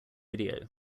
video